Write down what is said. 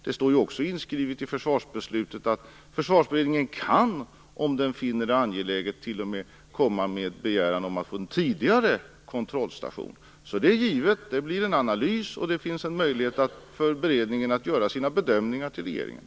Det står ju också inskrivet i försvarsbeslutet att Försvarsberedningen om den finner det angeläget t.o.m. kan komma med begäran om att få en tidigare kontrollstation. Det är givet att det blir en analys, och det finns en möjlighet för beredningen att göra sina bedömningar till regeringen.